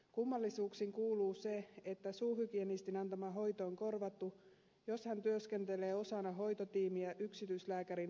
kummallisuuksiin kuuluu se että suuhygienistin antama hoito on korvattu jos hän työskentelee osana hoitotiimiä yksityislääkärin alaisuudessa